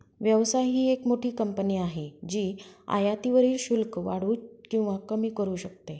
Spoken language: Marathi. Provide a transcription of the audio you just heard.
व्यवसाय ही एक मोठी कंपनी आहे जी आयातीवरील शुल्क वाढवू किंवा कमी करू शकते